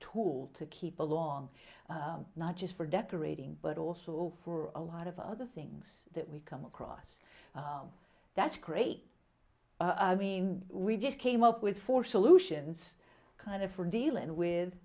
tool to keep along not just for decorating but also for a lot of other things that we come across that's great i mean we just came up with four solutions kind of for dealing with